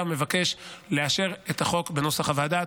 ומבקש לאשר את החוק בנוסח הוועדה.